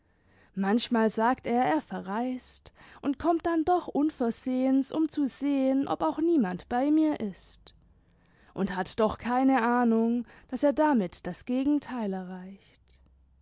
manchmal sagt er er verreist und kommt dann doch unversehens um zu sehen ob auch niemand bei mir ist und hat doch keine ahnung daß er damit das gegenteil erreicht